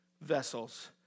vessels